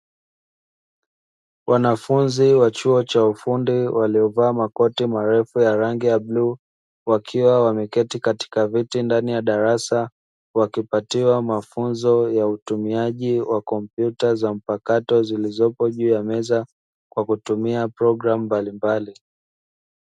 Wanafunzi wa chuo cha ufundi waliovaa makoti marefu ya rangi ya bluu wakiwa wameketi katika viti ndani ya darasa wakipatiwa mafunzo ya utumiaji wa kompyuta za mpakato zilizopo juu ya meza kwa kutumia programu mbalimbali.